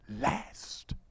last